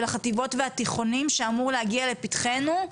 החטיבות והתיכונים שאמור להגיע לפתחנו,